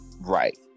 Right